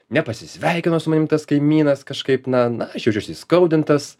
nepasisveikino su manim tas kaimynas kažkaip na na aš jaučiuosi įskaudintas